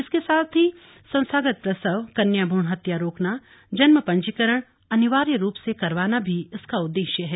इसके साथ ही संस्थागत प्रसव कन्या भ्रूण हत्या रोकना जन्म पंजीकरण अनिवार्य रूप से करवाना भी इसका उद्देश्य है